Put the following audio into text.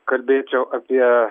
kalbėčiau apie